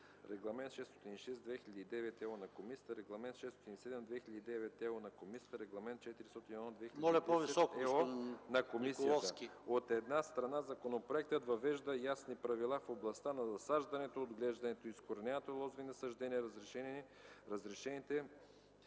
Регламент 606/2009/ЕО на Комисията, Регламент 607/2009/ЕО на Комисията, Регламент 401/2010/ЕО на Комисията. От една страна законопроектът въвежда ясни правила в областта на засаждането, отглеждането и изкореняването на лозови насаждения, разрешените